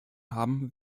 haben